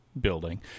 building